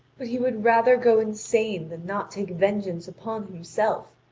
but he would rather go insane than not take vengeance upon himself,